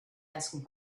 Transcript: asking